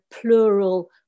plural